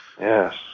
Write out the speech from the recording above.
Yes